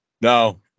No